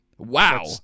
Wow